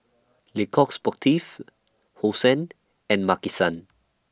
Le Coq Sportif Hosen and Maki San